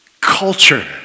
Culture